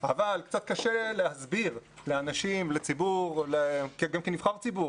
אבל קצת קשה להסביר לציבור גם כנבחר ציבור,